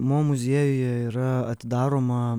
mo muziejuje yra atidaroma